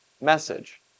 message